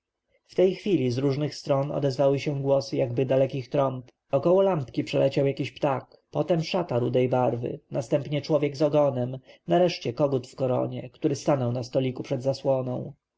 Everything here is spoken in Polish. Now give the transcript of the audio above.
w tej chwili z różnych stron odezwały się jakieś głosy około lampki przeleciał jakiś ptak potem szata rudej barwy następnie człowiek z ogonem nareszcie kogut w koronie który stanął na stoliku przed zasłoną